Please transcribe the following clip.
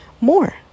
more